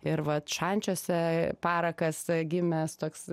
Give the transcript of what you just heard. ir vat šančiuose parakas gimęs toks